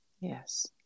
yes